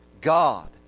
God